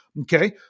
Okay